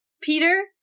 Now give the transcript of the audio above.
Peter